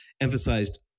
emphasized